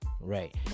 Right